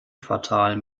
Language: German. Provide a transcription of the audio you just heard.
quartal